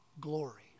glory